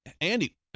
Andy